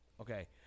Okay